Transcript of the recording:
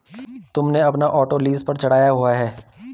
तुमने अपना auto lease पर चढ़ाया हुआ है?